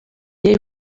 llei